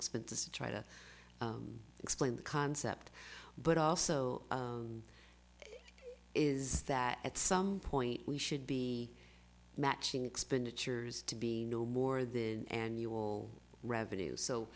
expenses to try to explain the concept but also is that at some point we should be matching expenditures to be no more than annual revenues so